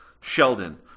Sheldon